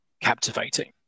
captivating